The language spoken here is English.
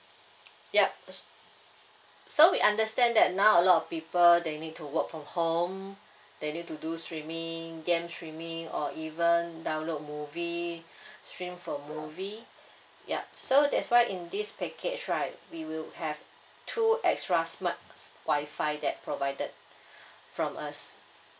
yup so we understand that now a lot of people they need to work from home they need to do streaming game streaming or even download movie stream for movie yup so that's why in this package right we will have two extra smart wi-fi that provided from us